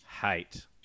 hate